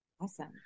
Awesome